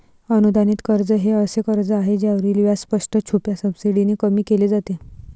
अनुदानित कर्ज हे असे कर्ज आहे ज्यावरील व्याज स्पष्ट, छुप्या सबसिडीने कमी केले जाते